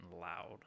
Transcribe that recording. loud